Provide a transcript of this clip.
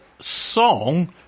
song